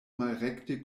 malrekte